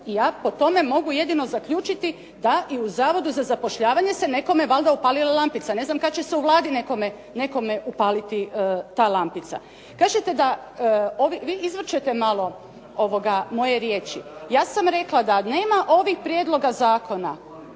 i ja po tome mogu jedino zaključiti da i u Zavodu za zapošljavanje se nekome valjda upalila lampica. Ne znam kad će se u Vladi nekome upaliti ta lampica. Kažete da ovi, vi izvrćete malo moje riječi. Ja sam rekla da nema ovih prijedloga zakona